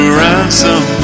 ransom